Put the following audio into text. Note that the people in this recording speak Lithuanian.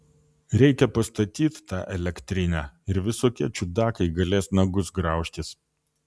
reikia pastatyt tą elektrinę ir visokie čiudakai galės nagus graužtis